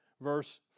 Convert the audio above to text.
Verse